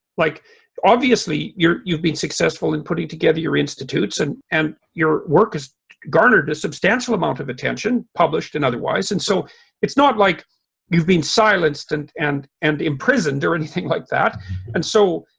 like obviously you're you've been successful in putting together your institutes and and your work has garnered a substantial amount of attention published and otherwise and so it's not like you've been silenced and and and imprisoned or anything like that and so.